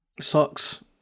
sucks